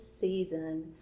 season